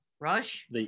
Rush